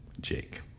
Jake